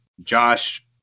Josh